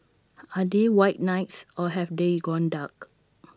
are they white knights or have they gone dark